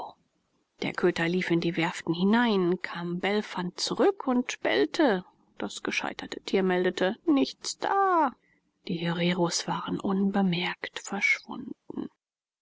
der köter lief in die werften hinein kam belfernd zurück und bellte das gescheite tier meldete nichts da die hereros waren unbemerkt verschwunden